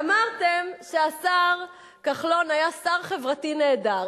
אמרתי שהשר כחלון היה שר חברתי נהדר.